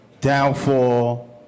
Downfall